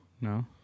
No